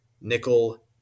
nickel